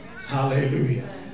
Hallelujah